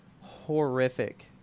horrific